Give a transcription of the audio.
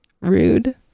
Rude